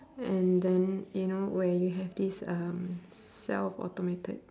and then you know where you have this um self-automated